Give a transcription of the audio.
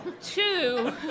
Two